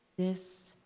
this